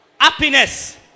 Happiness